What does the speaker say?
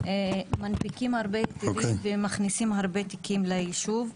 מנפיקים הרבה היתרים ומכניסים הרבה תיקים ליישוב.